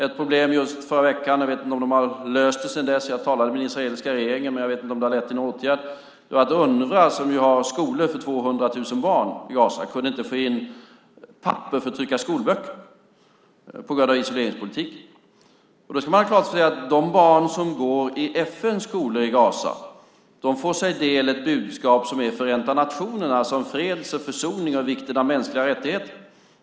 Ett problem som aktualiserades i förra veckan - jag vet inte om man har löst det sedan dess; jag talade med den israeliska regeringen, men jag vet inte om det har lett till någon åtgärd - var att Unrwa, som har skolor för 200 000 barn i Gaza, på grund av isoleringspolitiken inte kunde få in papper för att trycka skolböcker. Man ska ha klart för sig att de barn som går i FN:s skolor i Gaza får del av ett budskap som är Förenta nationernas och som handlar om fred och försoning och vikten av mänskliga rättigheter.